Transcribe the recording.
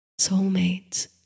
soulmates